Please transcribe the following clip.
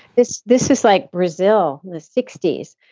this this is like brazil in the sixty s.